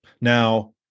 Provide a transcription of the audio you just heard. Now